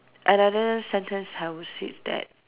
another sentence I will say that